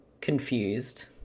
Confused